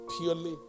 purely